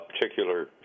particular